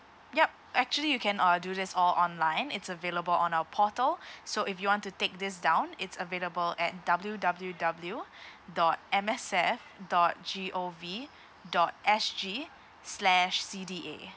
yup actually you can uh do this all online it's available on our portal so if you want to take this down it's available at W W W dot M S F dot G O V dot S G slash C D A